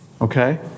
Okay